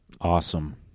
Awesome